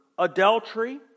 Adultery